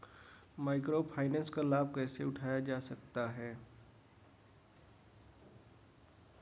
Micro finance का लाभ कैसे उठाया जा सकता है?